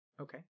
okay